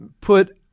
put